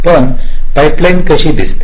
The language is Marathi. पण पाइपलाइन कशी दिसते